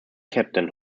captain